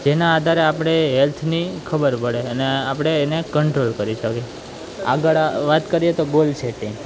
જેના આધારે આપણે હેલ્થની ખબર પડે અને આપણે એને કંટ્રોલ કરી શકી આગળ વાત કરીએ તો ગોલ સેટિંગ